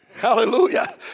Hallelujah